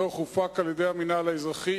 הדוח הופק על-ידי המינהל האזרחי.